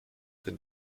den